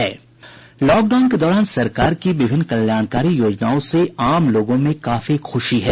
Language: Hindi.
लॉकडाउन के दौरान सरकार की विभिन्न कल्याणकारी योजनाओं से आम लोगों में काफी खुशी है